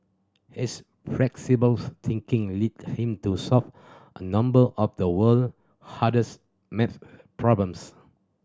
his flexible thinking led him to solve a number of the world's hardest maths problems